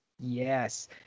Yes